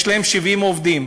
יש להם 70 עובדים.